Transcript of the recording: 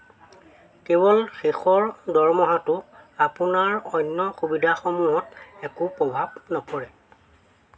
কেৱল শেষৰ দৰমহাটো আপোনাৰ অন্য সুবিধাসমূহত একো প্ৰভাৱ নপৰে